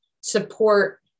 support